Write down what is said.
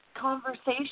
conversation